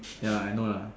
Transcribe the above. ya lah I know lah